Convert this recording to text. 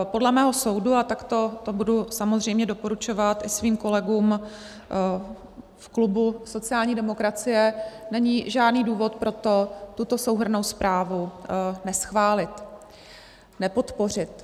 Podle mého soudu, a takto to budu samozřejmě doporučovat i svým kolegům v klubu sociální demokracie, není žádný důvod pro to tuto souhrnnou zprávu neschválit, nepodpořit.